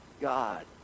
God